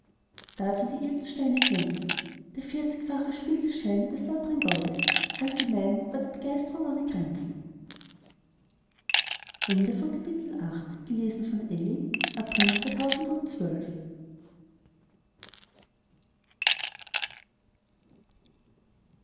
dazu der edelsteine glänzen der vierzigfache spiegelschein des lautren goldes allgemein war die begeistrung ohne grenzen